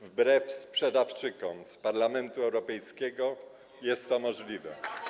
Wbrew sprzedawczykom z Parlamentu Europejskiego jest to możliwe.